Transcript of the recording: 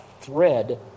thread